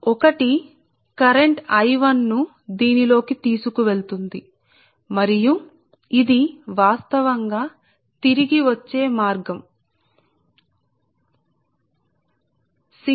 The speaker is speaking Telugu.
కాబట్టి మీ కరెంటు I1 ను దీని లోకి తీసుకువెళుతోంది మరియు ఇది తిరిగి వచ్చే మార్గం వాస్తవానికి సరే